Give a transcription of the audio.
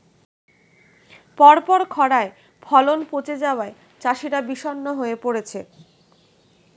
পরপর খড়ায় ফলন পচে যাওয়ায় চাষিরা বিষণ্ণ হয়ে পরেছে